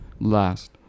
last